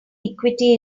equity